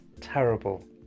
terrible